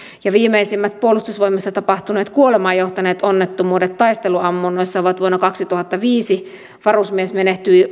viimeisimmät puolustusvoimissa tapahtuneet kuolemaan johtaneet onnettomuudet taisteluammunnoissa ovat vuonna kaksituhattaviisi varusmies menehtyi